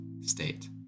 state